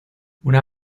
una